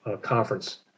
conference